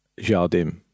Jardim